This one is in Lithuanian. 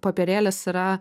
popierėlis yra